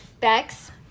bex